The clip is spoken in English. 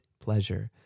pleasure